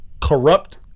corrupt